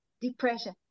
depression